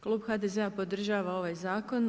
Klub HDZ-a podržava ovaj zakon.